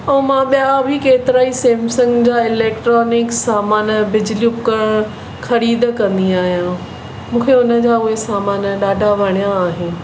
ऐं मां ॿिया बि केतिरा ई सैमसंग जा इलेक्ट्रॉनिक सामान बिजली उपकरण खरीद कंदी आहियां मूंखे उनजा उहे सामान ॾाढा वणिया आहिनि